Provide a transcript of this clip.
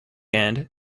end